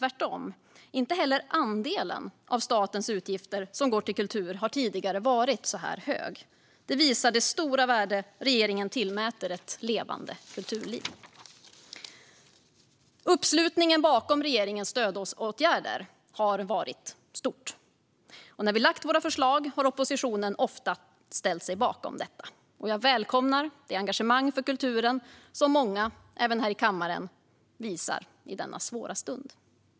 Tvärtom - inte heller andelen av statens utgifter som går till kultur har tidigare varit så här hög. Detta visar det stora värde som regeringen tillmäter ett levande kulturliv. Uppslutningen bakom regeringens stödåtgärder har varit stor, och när vi lagt fram våra förslag har oppositionen ofta ställt sig bakom dem. Jag välkomnar det engagemang för kulturen som många, även här i kammaren, visar i denna svåra stund.